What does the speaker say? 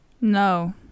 No